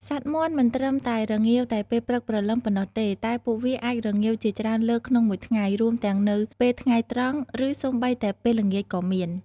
សត្វមាន់មិនត្រឹមតែរងាវតែពេលព្រឹកព្រលឹមប៉ុណ្ណោះទេ តែពួកវាអាចរងាវជាច្រើនលើកក្នុងមួយថ្ងៃ រួមទាំងនៅពេលថ្ងៃត្រង់ ឬសូម្បីតែពេលល្ងាចក៏មាន។